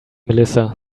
melissa